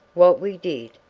what we did,